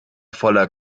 voller